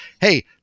hey